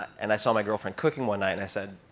and i saw my girlfriend cooking one night, and i said,